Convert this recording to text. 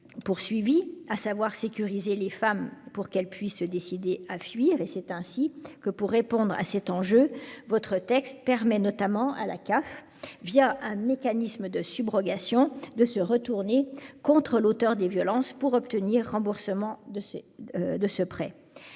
à sécuriser les femmes pour qu'elles se décident à fuir. Pour répondre à cet enjeu, votre texte permet notamment à la CAF, un mécanisme de subrogation, de se retourner contre l'auteur des violences pour obtenir le remboursement du prêt.